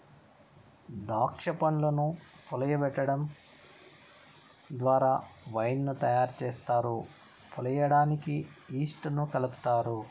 దాక్ష పండ్లను పులియబెటడం ద్వారా వైన్ ను తయారు చేస్తారు, పులియడానికి ఈస్ట్ ను కలుపుతారు